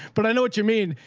but i know what you mean.